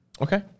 Okay